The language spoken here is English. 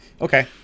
Okay